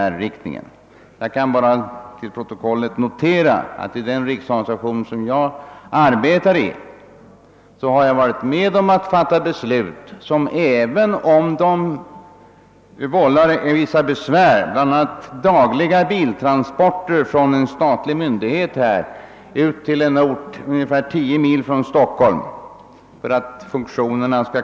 Jag vill emellertid nu endast till protokollet notera att i den riksorganisation där jag arbetar har jag varit med om att fatta beslut att förlägga den datacentral som är gemensam för ett stort antal riksorganisationer till en ort ungefär tio mil från Stockholm, alltså utanför Storstockholmsregionen.